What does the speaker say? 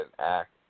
act